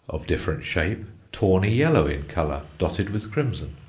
of different shape, tawny yellow in colour, dotted with crimson.